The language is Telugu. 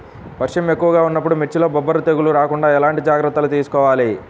వర్షం ఎక్కువగా ఉన్నప్పుడు మిర్చిలో బొబ్బర తెగులు రాకుండా ఎలాంటి జాగ్రత్తలు తీసుకోవాలి?